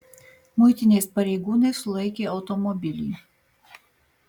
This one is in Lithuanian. muitinės pareigūnai sulaikė automobilį